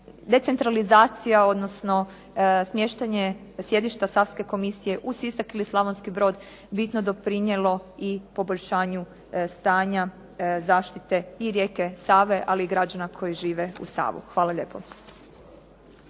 decentralizacija, odnosno smještanje sjedišta Savske komisije u Sisak ili Slavonski Brod bitno doprinijelo i poboljšanju stanja zaštite i rijeke Save, ali i građana koji žive uz Savu. Hvala lijepo.